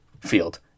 field